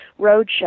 roadshow